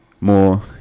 more